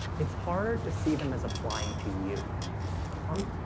it's harder to see them as applying to you um,